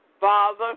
Father